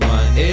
one